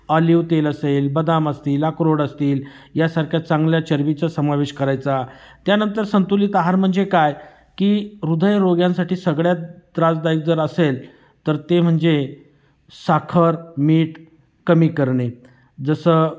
olive तेल असेल बदाम असतील अक्रोड असतील यासारख्या चांगल्या चरबीचा समावेश करायचा त्यानंतर संतुलित आहार म्हणजे काय की हृदयरोग्यांसाठी सगळ्यात त्रासदायक जर असेल तर ते म्हणजे साखर मीठ कमी करणे जसं